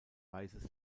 weißes